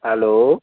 hello